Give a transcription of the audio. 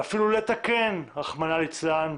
ואפילו לתקן, רחמנא ליצלן,